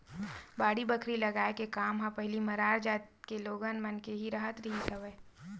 बाड़ी बखरी लगाए के काम ह पहिली मरार जात के लोगन मन के ही राहत रिहिस हवय